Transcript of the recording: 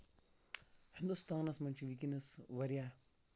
ہِندوستانس منٛز چھِ وُنکیٚنس واریاہ